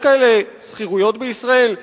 יש כאלה שכירויות בישראל?